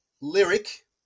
lyric